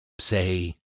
say